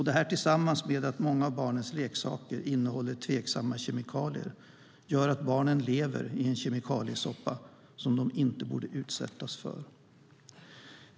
Detta och att många av barnens leksaker innehåller tveksamma kemikalier gör att barnen lever i en kemikaliesoppa som de inte borde utsättas för.